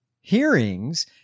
hearings